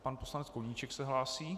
Pan poslanec Koníček se hlásí.